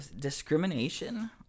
discrimination